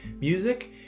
Music